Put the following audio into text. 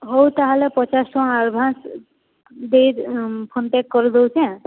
ହେଉ ତା ହେଲେ ପଚାଶ ଟଙ୍କା ଆଡ଼ଭାନ୍ସ ଦେଇ ଫୋନ ପେ କରି ଦେଉଛେଁ